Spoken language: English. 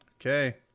Okay